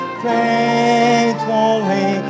faithfully